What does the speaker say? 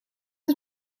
het